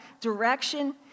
direction